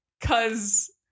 Cause